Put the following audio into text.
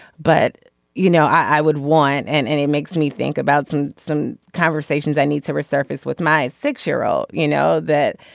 but you know i would want and and it makes me think about some some conversations i need to resurface with my six year old. you know that